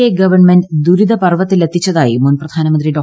A government ദുരിതപർവ്വത്തിലെത്തിച്ചത്യായി ് മുൻ പ്രധാനമന്ത്രി ഡോ